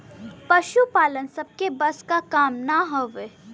पसुपालन सबके बस क काम ना हउवे